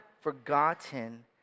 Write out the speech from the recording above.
forgotten